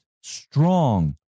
strong